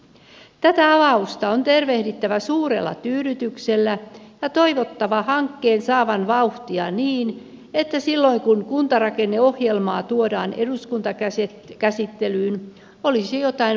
tätä avausta on tervehdittävä suurella tyydytyksellä ja toivottava hankkeen saavan vauhtia niin että silloin kun kuntarakenneohjelmaa tuodaan eduskuntakäsittelyyn olisi jotain valmista tullut